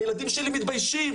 הילדים שלי מתביישים,